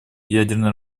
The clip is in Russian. ядерное